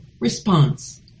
response